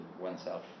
oneself